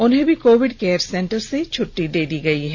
उन्हें भी Covid care centre से छटटी दे दी गयी है